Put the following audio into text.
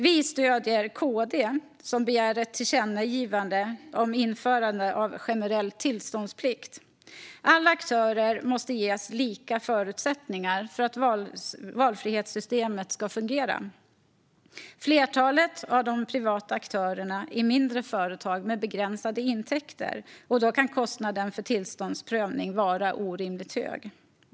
Vi stöder KD:s begäran om ett tillkännagivande om införande av generell tillståndsplikt. Alla aktörer måste ges lika förutsättningar för att valfrihetssystemet ska fungera. Flertalet av de privata aktörerna är mindre företag med begränsade intäkter, och då kan kostnaden för tillståndsprövning vara orimligt hög.